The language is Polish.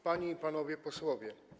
Panie i Panowie Posłowie!